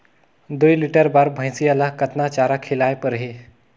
दुई लीटर बार भइंसिया ला कतना चारा खिलाय परही?